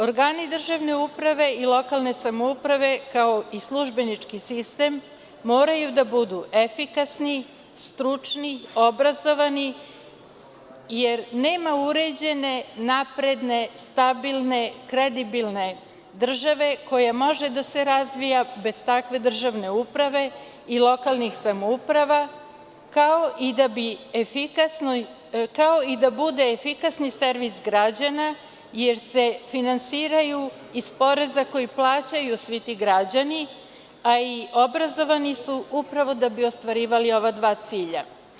Organi državne uprave i lokalne samouprave, kao i službenički sistem moraju da budu efikasni, stručni, obrazovani, jer nema uređene, napredne, stabilne, kredibilne države koja može da se razvija bez takve državne uprave i lokalnih samouprave, kao i da bude efikasni servis građani, jer se finansiraju iz poreza koji plaćaju svi ti građani, a i obrazovani su upravo da bi ostvarivali ova dva cilja.